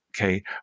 okay